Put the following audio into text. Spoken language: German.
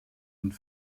und